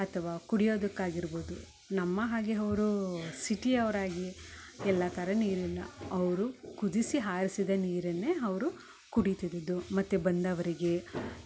ಅಥವ ಕುಡಿಯೋದಕ್ಕೆ ಆಗಿರ್ಬೋದು ನಮ್ಮ ಹಾಗೆ ಅವರು ಸಿಟಿಯವ್ರು ಆಗಿ ಎಲ್ಲ ಥರ ನೀರಿನ ಅವರು ಕುದಿಸಿ ಹಾರಿಸಿದ ನೀರನ್ನೆ ಅವರು ಕುಡಿತಿದ್ದಿದ್ದು ಮತ್ತು ಬಂದವರಿಗೆ